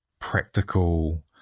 practical